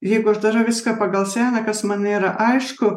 jeigu aš darau viską pagal seną kas man nėra aišku